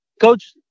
coach